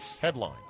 Headline